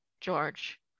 George